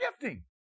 gifting